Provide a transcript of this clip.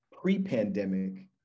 pre-pandemic